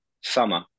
summer